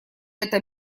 этом